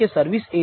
steep એક 2